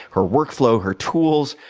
her workflow, her tools,